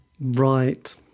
Right